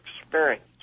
experience